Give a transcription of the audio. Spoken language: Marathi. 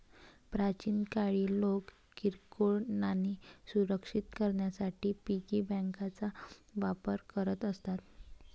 प्राचीन काळी लोक किरकोळ नाणी सुरक्षित करण्यासाठी पिगी बँकांचा वापर करत असत